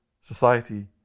society